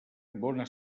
bona